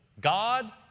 God